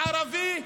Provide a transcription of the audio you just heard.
הערבי,